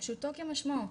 פשוטו כמשמעו,